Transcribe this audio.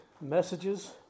messages